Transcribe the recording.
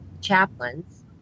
chaplains